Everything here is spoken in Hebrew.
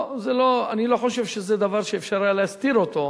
לא, אני לא חושב שזה דבר שאפשר היה להסתיר אותו,